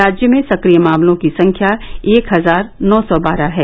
राज्य में सक्रिय मामलों की संख्या एक हजार नौ सौ बारह है